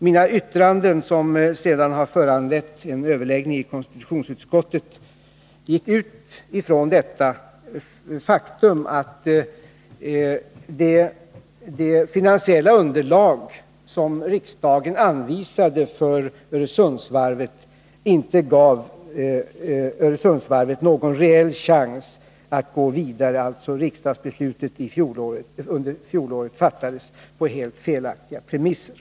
Mina yttranden, som sedan föranlett en överläggning i konstitutionsutskottet, gick ut ifrån det faktum att det finansieila underlag som riksdagen anvisade för Öresundsvarvet inte gav Öresundsvarvet någon reell chans att gå vidare. Riksdagsbeslutet under fjolåret fattades alltså på helt felaktiga premisser.